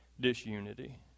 disunity